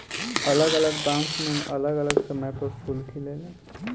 अलग अलग बांस मे अलग अलग समय पर फूल खिलेला